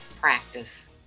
practice